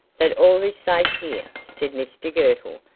that all is safe here, said mr girtle.